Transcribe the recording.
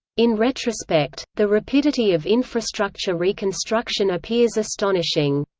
in retrospect, the rapidity of infrastructure reconstruction appears astonishing.